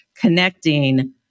connecting